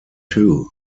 too